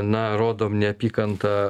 na rodom neapykantą